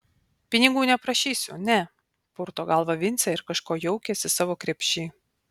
pinigų neprašysiu ne purto galvą vincė ir kažko jaukiasi savo krepšy